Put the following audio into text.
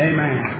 Amen